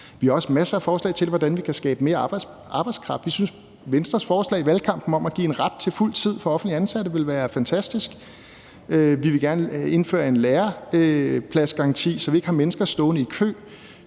Vi har også masser af forslag til, hvordan vi kan skabe mere arbejdskraft. Vi synes, at det, Venstre foreslog i valgkampen, om at give ret til fuld tid for offentligt ansatte, ville være fantastisk. Vi ville gerne indføre en lærepladsgaranti, så vi ikke har mennesker stående i kø.